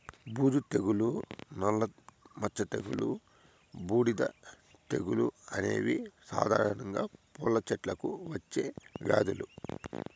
బూజు తెగులు, నల్ల మచ్చ తెగులు, బూడిద తెగులు అనేవి సాధారణంగా పూల చెట్లకు వచ్చే వ్యాధులు